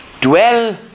Dwell